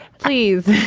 please,